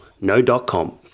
no.com